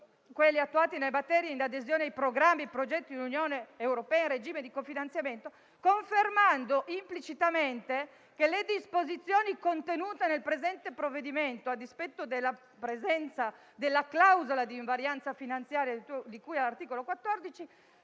quelli attuati in adesione ai programmi e ai progetti dell'Unione europea in regime di cofinanziamento, confermando implicitamente che le disposizioni contenute nel presente provvedimento, a dispetto della presenza della clausola di invarianza finanziaria di cui all'articolo 14,